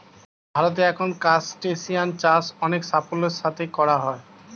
ভারতে এখন ক্রাসটেসিয়ান চাষ অনেক সাফল্যের সাথে করা হয়